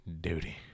Duty